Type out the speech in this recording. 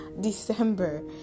December